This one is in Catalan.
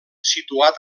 situat